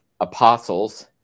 apostles